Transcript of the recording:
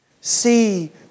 See